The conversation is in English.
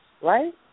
right